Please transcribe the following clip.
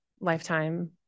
lifetime